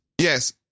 Yes